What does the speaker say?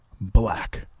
black